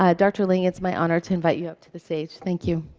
ah dr. ling, it's my honor to invite you up to the stage. thank you.